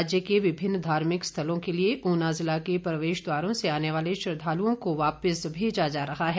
राज्य के विभिन्न धार्मिक स्थलों के लिए ऊना ज़िला के प्रवेश द्वारों से आने वाले श्रद्वालुओं को वापिस भेजा जा रहा है